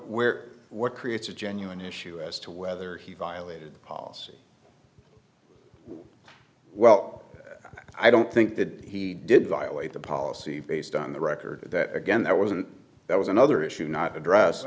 we're what creates a genuine issue as to whether he violated the policy well i don't think that he did violate the policy based on the record that again that wasn't that was another issue not address